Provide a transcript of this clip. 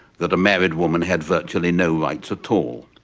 that a married woman had virtually no rights at all.